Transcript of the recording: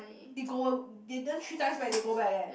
they go they earn three times back when they go back eh